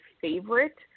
favorite